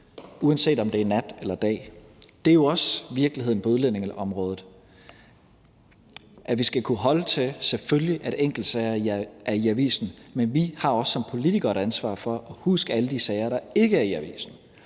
uanset om det er nat eller dag. Det er jo også virkeligheden på udlændingeområdet, at vi selvfølgelig skal kunne holde til, at enkeltsager er i avisen. Men vi har også som politikere et ansvar for at huske alle de sager, der ikke er i avisen.